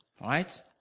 right